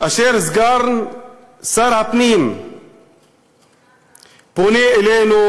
כאשר סגן שר הפנים פונה אלינו